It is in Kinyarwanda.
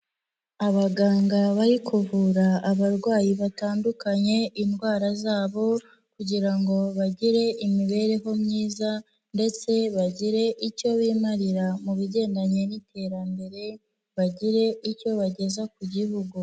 Abaganga bari kuvura abarwayi batandukanye indwara zabo kugira ngo bagire imibereho myiza ndetse bagire icyo bimarira mu bigendanye n'iterambere bagire icyo bageza ku gihugu.